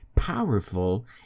powerful